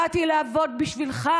באתי לעבוד בשבילך,